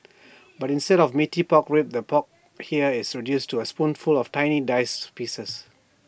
but instead of Meaty Pork Ribs the pork here is reduced to A spoonful of tiny diced pieces